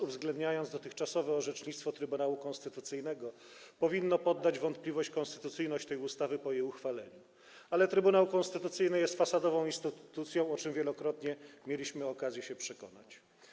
Uwzględniając dotychczasowe orzecznictwo Trybunału Konstytucyjnego, powinno się podać w wątpliwość konstytucyjność tej ustawy po jej uchwaleniu, ale Trybunał Konstytucyjny jest fasadową instytucją, o czym wielokrotnie mieliśmy okazję się przekonać.